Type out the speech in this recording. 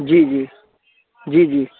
जी जी जी जी